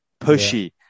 pushy